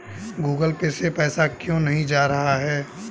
Google Pay से पैसा क्यों नहीं जा रहा है?